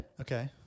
Okay